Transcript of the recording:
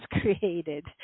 created